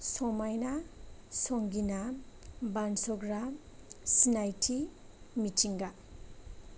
समायना संगिना बानस'ग्रा सिनायथि मिथिंगा